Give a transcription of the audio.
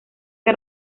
que